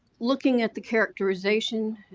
looking at the characterization,